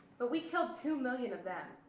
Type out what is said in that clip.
but we killed two million of them.